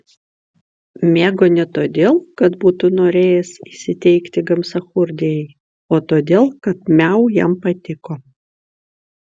mėgo ne todėl kad būtų norėjęs įsiteikti gamsachurdijai o todėl kad miau jam patiko